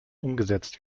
umgesetzt